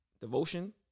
Devotion